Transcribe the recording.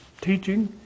teaching